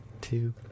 two